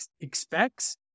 expects